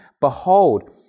Behold